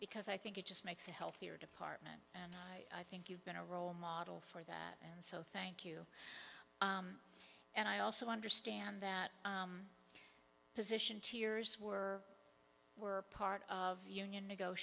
because i think it just makes a healthier department and i think you've been a role model for that and so thank you and i also understand that position tears were were part of union